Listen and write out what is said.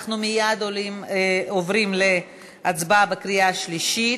אנחנו מייד עוברים להצבעה בקריאה שלישית.